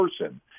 person